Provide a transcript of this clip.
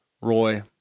Roy